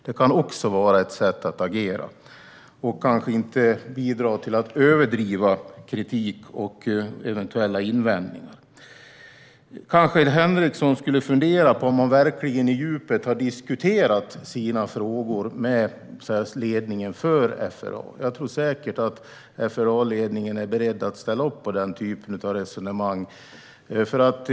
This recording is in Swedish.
Det kan också vara ett sätt att agera och kanske inte bidra till att överdriva kritik och eventuella invändningar. Henriksson skulle kanske fundera på om han verkligen på djupet har diskuterat sina frågor med ledningen för FRA. Jag tror säkert att FRA-ledningen är beredd att ställa upp på den typen av resonemang.